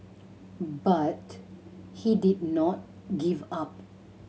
but he did not give up